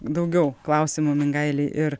daugiau klausimų mingailei ir